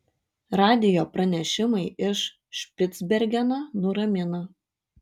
radijo pranešimai iš špicbergeno nuramino